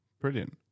Brilliant